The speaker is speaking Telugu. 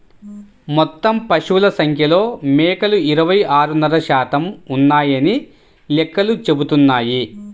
మొత్తం పశువుల సంఖ్యలో మేకలు ఇరవై ఆరున్నర శాతం ఉన్నాయని లెక్కలు చెబుతున్నాయి